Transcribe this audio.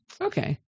Okay